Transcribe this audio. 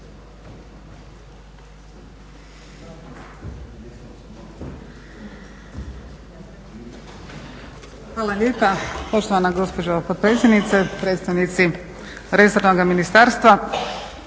Hvala lijepa poštovana gospođo potpredsjednice, predstavnici resornoga ministarstva.